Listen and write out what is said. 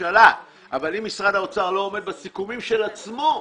אבל אם משרד האוצר לא עומד בסיכומים של עצמו,